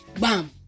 bam